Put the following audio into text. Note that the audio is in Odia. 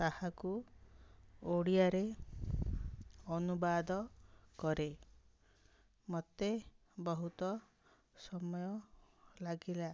ତାହାକୁ ଓଡ଼ିଆରେ ଅନୁବାଦ କରେ ମୋତେ ବହୁତ ସମୟ ଲାଗିଲା